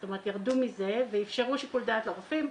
זאת אומרת, ירדו מזה ואפשרו שיקול דעת לרופאים.